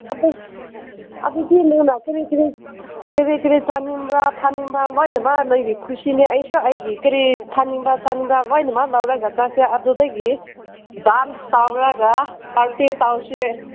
ꯑꯗꯣ ꯑꯗꯨꯗꯤ ꯅꯪꯅ ꯀꯔꯤ ꯀꯔꯤ ꯀꯔꯤ ꯀꯔꯤ ꯆꯥꯅꯤꯡꯕ꯭ꯔꯥ ꯊꯛꯅꯤꯡꯕ ꯂꯣꯏꯅꯃꯛ ꯅꯪꯒꯤ ꯀꯨꯁꯤꯅꯤ ꯑꯩꯁꯨ ꯑꯩꯒꯤ ꯀꯔꯤ ꯊꯛꯅꯤꯡꯕ ꯆꯥꯅꯤꯡꯕ ꯂꯣꯏꯅꯃꯛ ꯂꯧꯔꯒ ꯆꯠꯁꯦ ꯑꯗꯨꯗꯒꯤ ꯗꯥꯟꯁ ꯇꯧꯔꯒ ꯄꯥꯔꯇꯤ ꯇꯧꯁꯤ